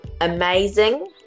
amazing